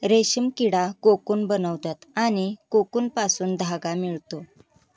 रेशीम किडा कोकून बनवतात आणि कोकूनपासून धागा मिळतो